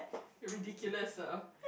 ridiculous ah